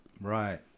Right